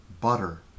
butter